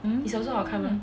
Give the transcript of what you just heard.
mm